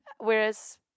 Whereas